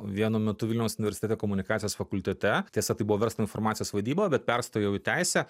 vienu metu vilniaus universitete komunikacijos fakultete tiesa tai buvo verslo informacijos vadyba bet perstojau į teisę